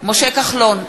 משה כחלון,